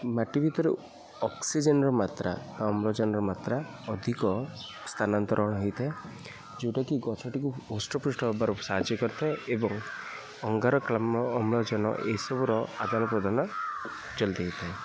ମାଟି ଭିତରୁ ଅକ୍ସିଜେନ୍ର ମାତ୍ରା ଅମ୍ଳଜାନର ମାତ୍ରା ଅଧିକ ସ୍ଥାନାନ୍ତରଣ ହେଇଥାଏ ଯୋଉଟାକି ଗଛଟିକୁ ହୃଷ୍ଟପୃଷ୍ଟ ହେବାରୁ ସାହାଯ୍ୟ କରିଥାଏ ଏବଂ ଅଙ୍ଗାରକାମ୍ଲ ଅମ୍ଳଜାନ ଏଇସବୁର ଆଦାନ ପ୍ରଦାନ ଜଲଦି ହୋଇଥାଏ